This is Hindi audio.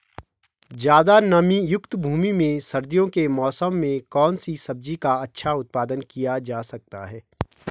ज़्यादा नमीयुक्त भूमि में सर्दियों के मौसम में कौन सी सब्जी का अच्छा उत्पादन किया जा सकता है?